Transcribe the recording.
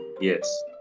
Yes